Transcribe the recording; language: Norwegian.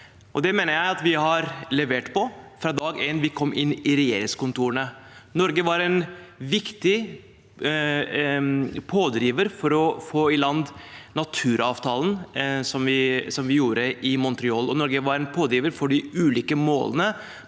det mener jeg vi har levert på fra dag én i regjeringskontorene. Norge var en viktig pådriver for å få i land naturavtalen i Montreal, og Norge var en pådriver for de ulike målene,